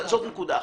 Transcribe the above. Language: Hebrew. זאת נקודה אחת.